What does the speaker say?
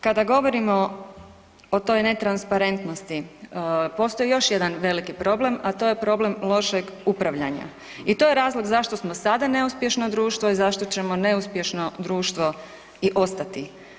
Kada govorimo o toj netransparentnosti, postoji još jedan veliki problem, a to je problem lošeg upravljanja i to je razlog zašto smo sada neuspješno društvo i zašto ćemo neuspješno društvo i ostati.